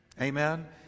Amen